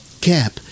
Cap